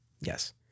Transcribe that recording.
Yes